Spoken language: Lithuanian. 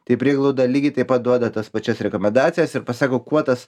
tai prieglauda lygiai taip pat duoda tas pačias rekomendacijas ir pasako kuo tas